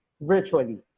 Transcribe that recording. virtually